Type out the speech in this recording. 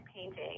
painting